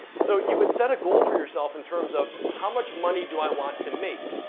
so you would set a goal for yourself in terms of how much money do i want to make?